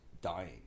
dying